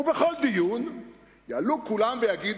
ובכל דיון יעלו כולם ויגידו,